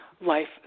life